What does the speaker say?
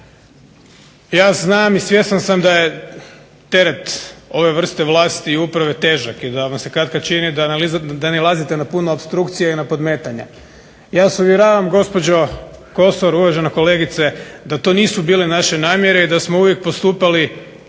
ja znam i svjestan sam da je teret ove vrste vlasti i uprave težak, i da vam se katkad čini da nailazite na puno opstrukcija i na podmetanja. Ja vas uvjeravam gospođo Kosor, uvažena kolegice, da to nisu bile naše namjere i da smo uvijek postupali